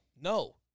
no